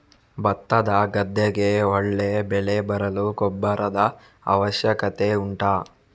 ಭತ್ತದ ಗದ್ದೆಗೆ ಒಳ್ಳೆ ಬೆಳೆ ಬರಲು ಗೊಬ್ಬರದ ಅವಶ್ಯಕತೆ ಉಂಟಾ